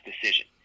decision